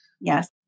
Yes